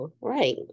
Right